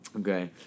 Okay